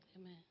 Amen